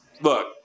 look